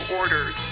orders